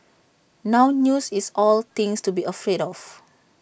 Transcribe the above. now news is all things to be afraid of